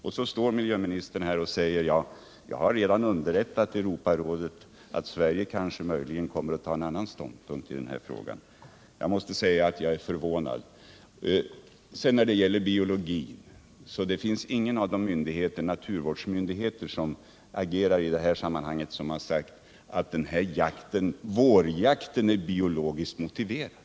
Och så står miljöministern här och säger: Jag har redan underrättat Eu roparådet om att Sverige möjligen kommer att inta en annan ståndpunkt i den här frågan. Jag måste säga att jag är förvånad över detta uttalande. Vad slutligen gäller de biologiska aspekterna har ingen av våra naturvårdande myndigheter som agerar i dessa sammanhang sagt att en sådan här vårjakt är biologiskt motiverad.